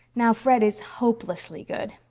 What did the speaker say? now, fred is hopelessly good.